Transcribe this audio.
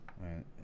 right